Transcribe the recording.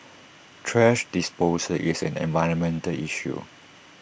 thrash disposal is an environmental issue